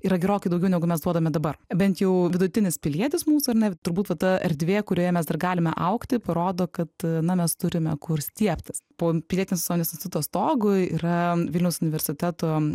yra gerokai daugiau negu mes duodame dabar bent jau vidutinis pilietis mūsų ar ne turbūt va ta erdvė kurioje mes dar galime augti parodo kad na mes turime kur stiebtis po pilietinės visuomenės instituto stogu yra vilniaus universiteto